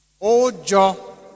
Ojo